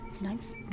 Nice